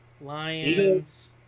Lions